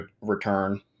return